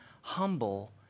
humble